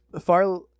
far